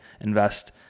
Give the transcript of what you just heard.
invest